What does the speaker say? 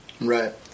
Right